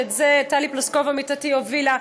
שאת זה טלי פלוסקוב עמיתתי הובילה,